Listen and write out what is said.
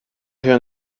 rien